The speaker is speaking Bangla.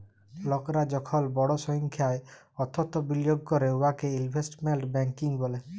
লকরা যখল বড় সংখ্যায় অথ্থ বিলিয়গ ক্যরে উয়াকে ইলভেস্টমেল্ট ব্যাংকিং ব্যলে